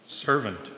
servant